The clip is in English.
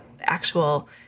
actual